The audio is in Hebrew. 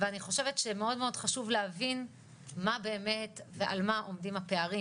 ואני חושבת שמאוד מאוד חשוב להבין מה באמת ועל מה עומדים הפערים.